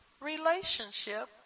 Relationship